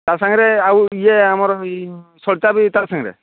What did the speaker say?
ତା ସାଙ୍ଗରେ ଆଉ ଇଏ ଆମର ସଳିତା ବି ତା ସାଙ୍ଗରେ